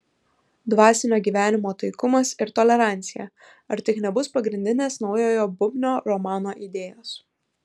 dvasinio gyvenimo taikumas ir tolerancija ar tik nebus pagrindinės naujojo bubnio romano idėjos